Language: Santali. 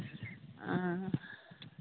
ᱚᱸᱻ